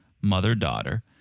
mother-daughter